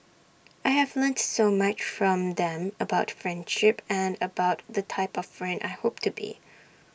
I have learnt so much from them about friendship and about the type of friend I hope to be